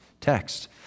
text